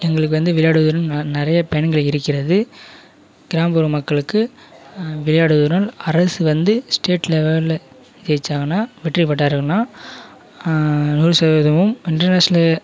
எங்களுக்கு வந்து விளையாடுவதனால் ந நிறைய பயன்கள் இருக்கிறது கிராமப்புற மக்களுக்கு விளையாடுவதினால் அரசு வந்து ஸ்டேட் லெவலில் ஜெயித்தாங்கன்னா வெற்றிப் பெற்றார்கள்னால் நூறு சதவீதமும் இன்டர்நேஷனல்